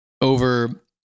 over